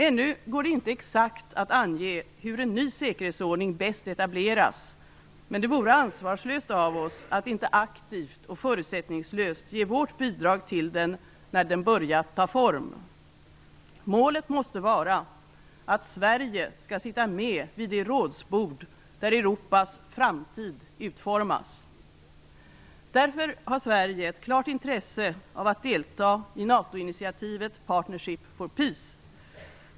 Ännu går det inte exakt att ange hur en ny säkerhetsordning bäst etableras, men det vore ansvarslöst av oss att inte aktivt och förutsättningslöst ge vårt bidrag till den när den börjat ta form. Målet måste vara att Sverige skall sitta med vid det rådsbord där Europas framtid utformas. Därför har Sverige ett klart intresse av att delta i NATO-initiativet Partnership for Peace.